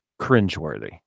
Cringeworthy